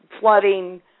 Flooding